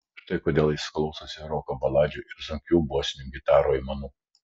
štai kodėl jis klausosi roko baladžių ir sunkių bosinių gitarų aimanų